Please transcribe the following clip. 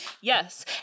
Yes